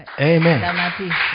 Amen